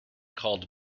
called